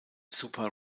super